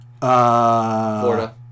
Florida